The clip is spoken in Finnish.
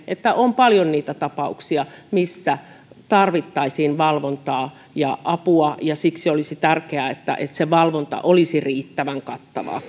että on paljon niitä tapauksia missä tarvittaisiin valvontaa ja apua siksi olisi tärkeää että että se valvonta olisi riittävän kattavaa